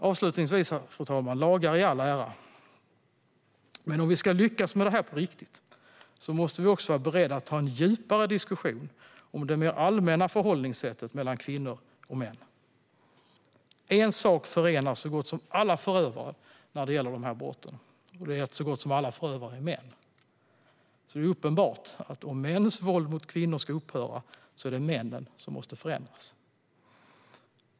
Avslutningsvis: Lagar i all ära. Men om vi ska lyckas med detta på riktigt måste vi också vara beredda att ta en djupare diskussion om det mer allmänna förhållningssättet mellan kvinnor och män. En sak förenar så gott som alla förövare när det gäller dessa brott, och det är så gott som alla förövare är män. Det är uppenbart att om mäns våld mot kvinnor ska upphöra är det männen som måste förändras.